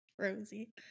Rosie